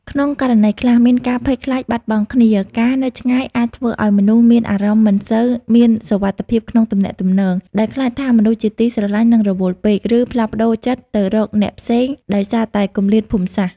ក្នុងករណីខ្លះ មានការភ័យខ្លាចបាត់បង់គ្នា ការនៅឆ្ងាយអាចធ្វើឱ្យមនុស្សមានអារម្មណ៍មិនសូវមានសុវត្ថិភាពក្នុងទំនាក់ទំនង ដោយខ្លាចថាមនុស្សជាទីស្រឡាញ់នឹងរវល់ពេក ឬផ្លាស់ប្តូរចិត្តទៅរកអ្នកផ្សេងដោយសារតែគម្លាតភូមិសាស្ត្រ។